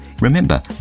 Remember